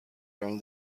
during